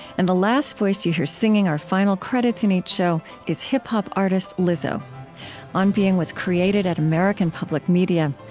and the last voice that you hear singing our final credits in each show is hip-hop artist lizzo on being was created at american public media.